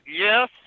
yes